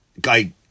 Guy